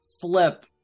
flip